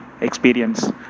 experience